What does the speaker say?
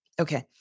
Okay